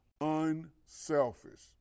unselfish